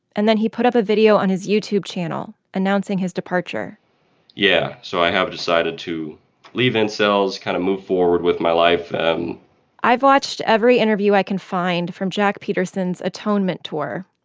and then he put up a video on his youtube channel announcing his departure yeah. so i have decided to leave incels, kind of move forward with my life i've watched every interview i can find from jack peterson's atonement tour.